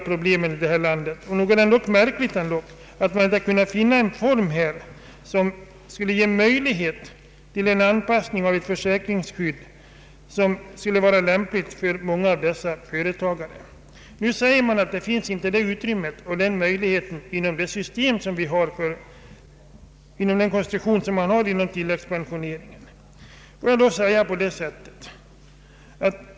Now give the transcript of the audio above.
Nog är det väl då märkligt att man inte kan finna en form för ett försäkringsskydd som är lämpligt för dessa företagare. Nu säger man att det inte finns utrymme och möjligheter för detta genom tilläggspensioneringens konstruktion.